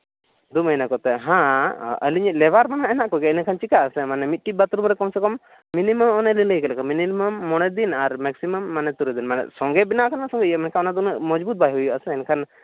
ᱫᱩ ᱢᱟᱦᱱᱟᱹ ᱠᱚᱛᱮ ᱦᱮᱸ ᱟᱹᱞᱤᱧ ᱤᱡ ᱞᱮᱵᱟᱨ ᱠᱚᱦᱟᱸᱜ ᱦᱮᱱᱟᱜ ᱠᱚᱜᱮᱭᱟ ᱤᱱᱟᱹᱠᱷᱟᱱ ᱪᱤᱠᱟᱹᱜ ᱟᱥᱮ ᱢᱤᱫᱴᱤᱡ ᱵᱟᱛᱷᱨᱩᱢ ᱨᱮ ᱠᱚᱢ ᱥᱮ ᱠᱚᱢ ᱢᱤᱱᱤᱢᱟᱢ ᱚᱱᱮ ᱞᱤᱧ ᱞᱟᱹᱭ ᱠᱮᱜ ᱞᱮᱠᱟ ᱢᱤᱱᱤᱢᱟᱢ ᱢᱚᱬᱮ ᱫᱤᱱ ᱟᱨ ᱢᱮᱠᱥᱤᱢᱟᱢ ᱢᱟᱱᱮ ᱛᱩᱨᱩᱭ ᱫᱤᱱ ᱢᱟᱱᱮ ᱥᱚᱸᱜᱮ ᱵᱮᱱᱟᱣ ᱠᱷᱟᱱ ᱥᱚᱸᱜᱮ ᱤᱭᱟᱹ ᱢᱮᱱᱠᱷᱟᱱ ᱚᱱᱟ ᱫᱚ ᱩᱱᱟᱹᱜ ᱢᱚᱡᱽᱵᱩᱛ ᱵᱟᱭ ᱦᱩᱭᱩᱜ ᱟᱥᱮ ᱮᱱᱠᱷᱟᱱ